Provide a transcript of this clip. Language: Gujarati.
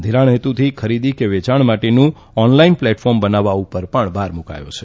ઘિરાણ હેતુથી ખરીદી કે વેચાણ માટેનું ઓનલાઈન પ્લેટફોર્મ બનાવવા પર ભાર મુકયો છે